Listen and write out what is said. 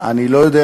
אני לא יודע